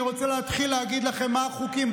אני רוצה להתחיל להגיד לכם מה החוקים.